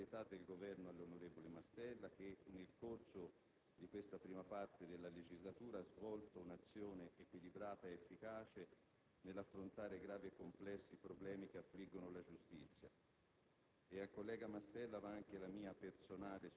innanzitutto esprimere la piena solidarietà del Governo all'onorevole Mastella che, nel corso di questa prima parte della legislatura, ha svolto un'azione equilibrata ed efficace nell'affrontare i gravi e complessi problemi che affliggono la giustizia.